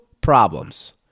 problems